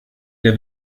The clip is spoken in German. der